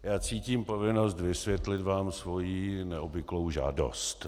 Já cítím povinnost vysvětlit vám svoji neobvyklou žádost.